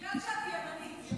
בגלל שאת ימנית.